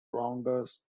rounders